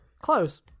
Close